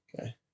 Okay